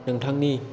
नोंथांनि